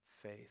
faith